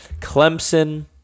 Clemson